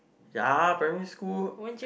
yeah primary school